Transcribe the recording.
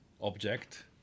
object